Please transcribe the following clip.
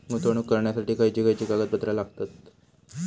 गुंतवणूक करण्यासाठी खयची खयची कागदपत्रा लागतात?